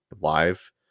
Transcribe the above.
live